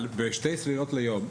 אבל בשתי צלילות ליום,